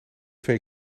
privé